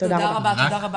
תודה רבה.